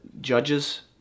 Judges